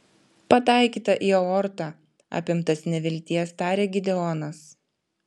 pataikyta į aortą apimtas nevilties tarė gideonas